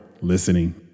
listening